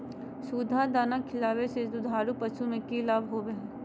सुधा दाना खिलावे से दुधारू पशु में कि लाभ होबो हय?